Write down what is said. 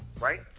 right